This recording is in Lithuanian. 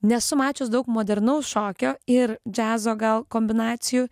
nesu mačius daug modernaus šokio ir džiazo gal kombinacijų